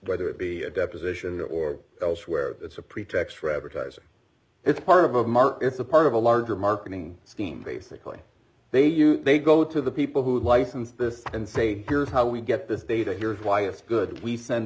whether it be a deposition or elsewhere it's a pretext for advertising it's part of a mark it's a part of a larger marketing scheme basically they use they go to the people who license this and say here's how we get this data here's why it's good we send